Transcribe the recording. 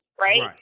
right